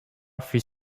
fut